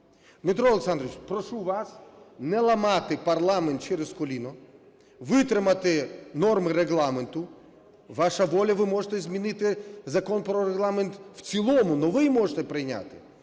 Дмитро Олександровичу, прошу вас не ламати парламент через коліно, витримати норми Регламенту. Ваша воля, ви можете змінити Закон про Регламент в цілому, новий можете прийняти,